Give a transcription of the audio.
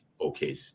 Okay